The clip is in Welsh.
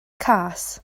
cas